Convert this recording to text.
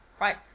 right